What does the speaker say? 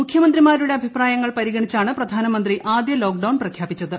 മുഖ്യമന്ത്രിമാരുടെ അഭിപ്രായങ്ങൾ പരിഗണിച്ചാണ് പ്രധാനമന്ത്രി ആദ്യ ലോക്ഡൌൺ പ്രഖ്യാപിച്ചത്